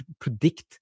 predict